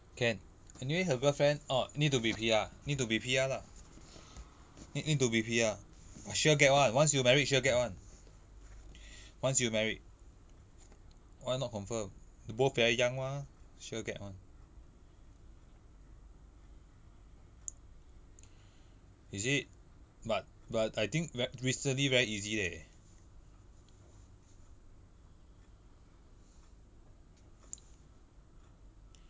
can anyway her girlfriend ah need to be P_R need to be P_R lah need need to be P_R sure get [one] once you married sure get [one] once you married why not confirm they both very young mah sure get [one] is it but but I think ve~ recently very easy leh